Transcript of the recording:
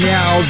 Now